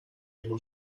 able